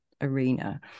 arena